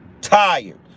tired